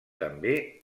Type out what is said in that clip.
també